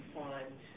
find